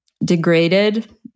degraded